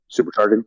supercharging